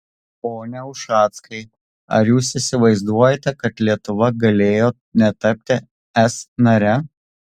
pone ušackai ar jūs įsivaizduojate kad lietuva galėjo netapti es nare